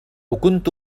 كنت